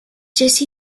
jesse